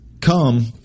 come